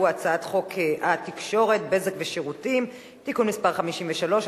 והוא הצעת חוק התקשורת (בזק ושידורים) (תיקון מס' 53),